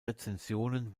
rezensionen